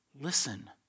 listen